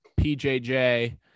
PJJ